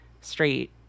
straight